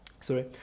Sorry